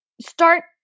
Start